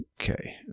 Okay